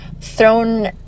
thrown